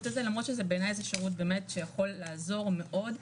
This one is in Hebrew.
הזה למרות שבעיניי זה שירות שיכול לעזור מאוד,